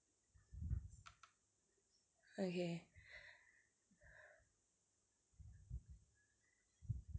okay